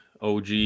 og